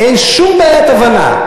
אין שום בעיית הבנה.